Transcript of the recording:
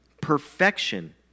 perfection